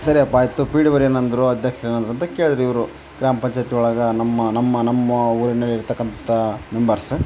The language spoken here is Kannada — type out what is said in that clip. ಸರಿ ಅಪ್ಪ ಆಯಿತು ಪಿ ಡಿ ಓರ್ ಏನಂದ್ರು ಅಧ್ಯಕ್ಷರು ಏನಂದ್ರು ಅಂತ ಕೇಳಿದ್ರು ಇವರು ಗ್ರಾಮ ಪಂಚಾಯ್ತಿ ಒಳಗೆ ನಮ್ಮ ನಮ್ಮ ನಮ್ಮ ಊರಿನಲ್ಲಿರ್ತಕಂಥ ಮೆಂಬರ್ಸ್